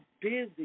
busy